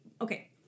okay